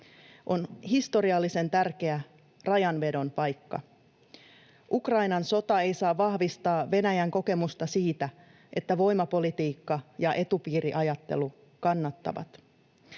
On historiallisen tärkeä rajanvedon paikka. Ukrainan sota ei saa vahvistaa Venäjän kokemusta siitä, että voimapolitiikka ja etupiiriajattelu kannattavat.